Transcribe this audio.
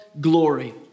glory